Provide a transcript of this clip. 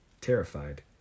terrified